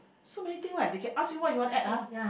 so many thing right they can ask you what you want add ah